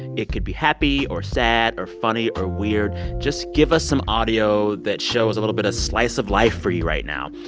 it could be happy or sad or funny or weird. just give us some audio that show us a little bit of slice of life for you right now.